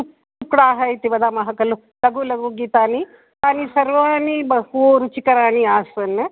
उक्डाः इति वदामः खलु लघु लघुगीतानि तानि सर्वाणि बहु रुचिकराणि आसन्